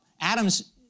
Adams